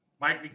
Mike